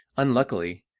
unluckily,